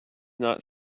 not